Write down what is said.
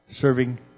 serving